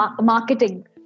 marketing